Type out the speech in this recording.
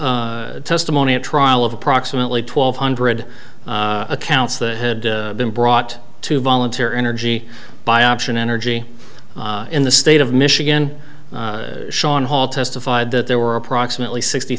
a testimony at trial of approximately twelve hundred accounts that had been brought to volunteer energy by option energy in the state of michigan shawn hall testified that there were approximately sixty